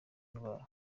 ndwara